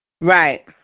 Right